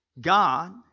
God